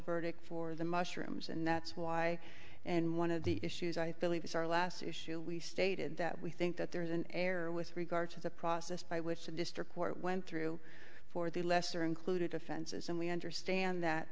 verdict for the mushrooms and that's why and one of the issues i believe is our last issue we stated that we think that there was an error with regard to the process by which the district court went through for the lesser included offenses and we understand that